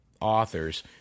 authors